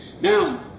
now